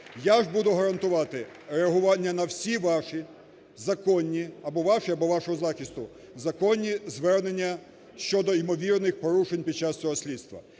Я ж буду гарантувати реагування на всі ваші законні, або ваші, або вашого захисту, законні звернення щодо ймовірних порушень під час цього слідства.